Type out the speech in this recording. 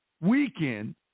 weekend